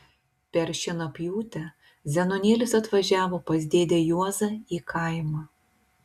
per šienapjūtę zenonėlis atvažiavo pas dėdę juozą į kaimą